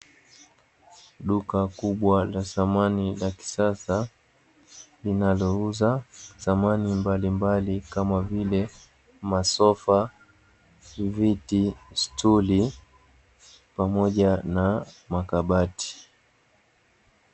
Duka kubwa la samani za kisasa linalouza samani kama vile:masofa, viti stuli, pamoja na makabati.